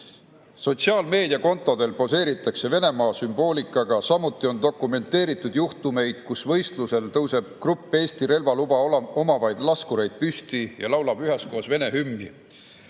Sotsiaalmeedia kontodel poseeritakse Venemaa sümboolikaga. Samuti on dokumenteeritud juhtumeid, kus võistlusel tõuseb grupp Eesti relvaluba omavaid laskureid püsti ja laulab üheskoos Vene hümni.